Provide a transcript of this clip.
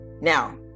Now